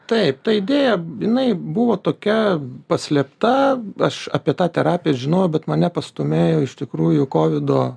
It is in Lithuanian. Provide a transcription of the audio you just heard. taip ta idėja jinai buvo tokia paslėpta aš apie tą terapiją žinojau bet mane pastūmėjo iš tikrųjų kovido